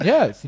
Yes